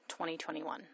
2021